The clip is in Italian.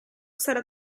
sarà